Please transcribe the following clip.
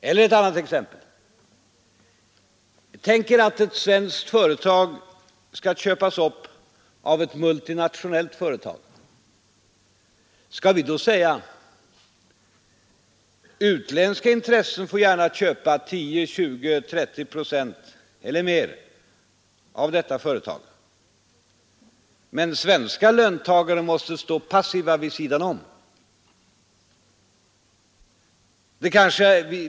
Eller ett annat exempel: Tänk er att ett svenskt företag skall köpas upp av ett multinationellt företag. Skall vi då säga: Utländska intressen får gärna köpa 10, 20, 30 procent eller mer av detta företag, men svenska löntagare måste stå passiva vid sidan om.